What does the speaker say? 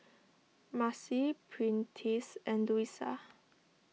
Marcy Prentice and Luisa